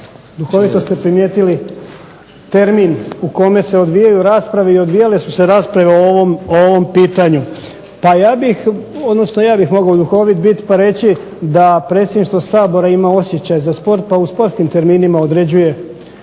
duhovito ste primijetili termin u kome se odvijaju rasprave i odvijale su se rasprave o ovom pitanju. Pa ja bih, odnosno i ja bih mogao duhovit biti pa reći da predsjedništvo Sabora ima osjećaj za sport, pa u sportskim terminima određuje